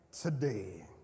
today